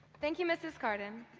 thank you mrs. cardin.